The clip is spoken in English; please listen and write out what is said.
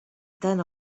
than